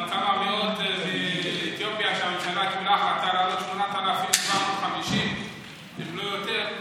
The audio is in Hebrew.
אבל כמה מאות באתיופיה שם זה רק 8,750 אם לא יותר,